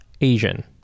Asian